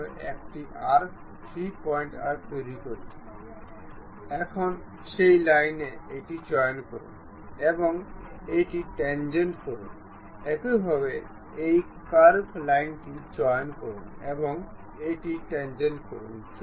যাই হোক যেখানেই এটি সরানো হয় কিন্তু এটি এই দুটির জন্য পারপেন্ডিকুলার থাকে